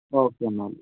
okay എന്നാൽ